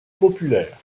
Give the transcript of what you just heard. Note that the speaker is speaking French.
populaire